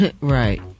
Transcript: Right